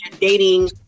dating